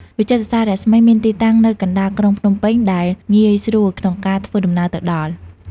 វិចិត្រសាលរស្មី មានទីតាំងនៅកណ្តាលក្រុងភ្នំពេញ ដែលងាយស្រួលក្នុងការធ្វើដំណើរទៅដល់។